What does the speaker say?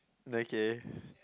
okay